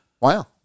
Wow